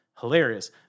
hilarious